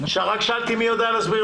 העניין.